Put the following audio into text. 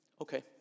okay